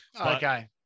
Okay